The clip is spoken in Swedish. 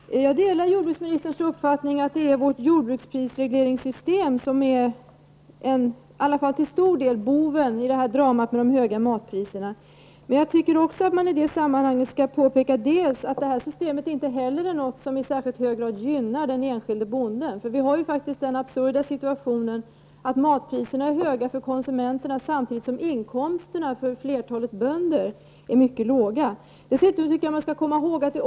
Herr talman! Jag delar jordbruksministerns uppfattning att det i varje fall till stor del är vårt jordbruksprisregleringssystem som är boven i dramat om de höga matpriserna. Men det bör också påpekas att detta system inte heller i särskilt hög grad gynnar den enskilde bonden. Vi har faktiskt den absurda situationen att matpriserna är höga för konsumenterna samtidigt som flertalet bönders inkomster är mycket låga.